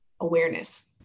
awareness